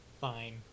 Fine